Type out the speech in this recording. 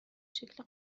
شکل